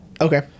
Okay